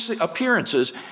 appearances